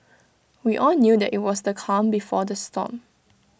we all knew that IT was the calm before the storm